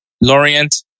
Lorient